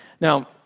Now